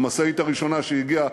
המשאית הראשונה שהגיעה,